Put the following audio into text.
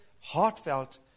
heartfelt